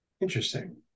Interesting